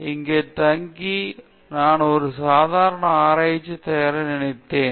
இங்கே தங்கி நான் ஒரு சாதாரண ஆராய்ச்சி தயாரிக்க நினைத்தேன்